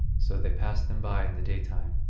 so they passed them by in the day-time,